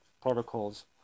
protocols